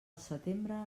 setembre